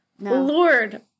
Lord